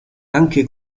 anche